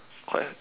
quite hard